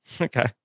Okay